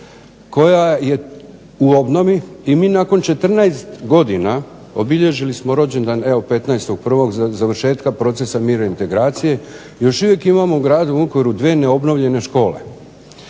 koja je u obnovi i mi nakon 14 godina, obilježili smo rođendan evo 15.01. završetka procesa mira i integracije, i još uvijek imamo u gradu Vukovaru dvije neobnovljene škole.